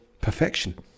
perfection